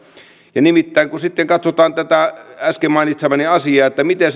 nimittäin kun sitten katsotaan tätä äsken mainitsemaani asiaa että miten